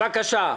בבקשה.